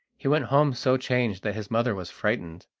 he went home so changed that his mother was frightened.